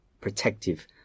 protective